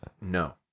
No